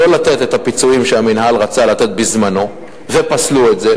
לא לתת את הפיצויים שהמינהל רצה לתת בזמנו ופסלו את זה.